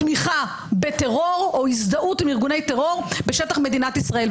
תמיכה בטרור או הזדהות עם ארגוני טרור בשטח מדינת ישראל.